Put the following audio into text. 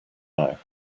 now